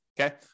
okay